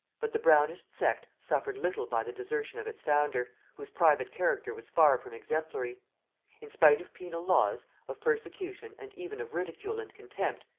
but the brownist sect suffered little by the desertion of its founder, whose private character was far from exemplary in spite of penal laws, of persecution, and even of ridicule and contempt,